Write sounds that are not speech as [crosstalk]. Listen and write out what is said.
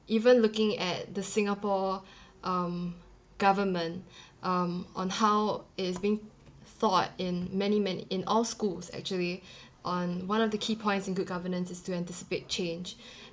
even looking at the singapore [breath] um government [breath] um on how it is being thought in many many in all schools actually [breath] on one of the key points in good governance is to anticipate change [breath]